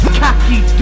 cocky